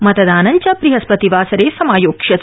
मतदानं च ब्रहस्पतिवासरे समायोक्ष्यते